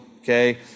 okay